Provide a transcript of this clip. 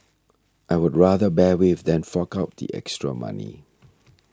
I would rather bear with than fork out the extra money